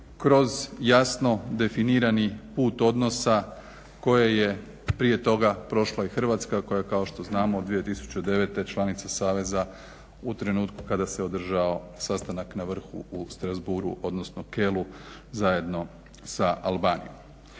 kroz jasno definirani put odnosa koje je prije toga prošla i Hrvatska koja je kao što znamo 2009. članica saveza u trenutku kada se održao sastanak na vrhu u Strasbourgu odnosno Kehlu zajedno sa Albanijom.